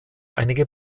einige